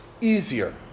easier